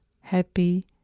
Happy